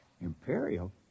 Imperial